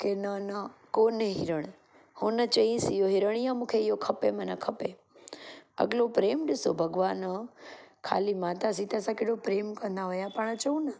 के न न कोन्हे हिरण हुन चयईंसि इहो हिरण ई आहे मूंखे इहो खपे मना खपे अॻिलो प्रेम ॾिसो भॻवान जो खाली माता सीता सां केॾो प्रेमु कंदा हुया पाण चयऊं